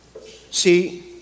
See